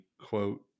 quote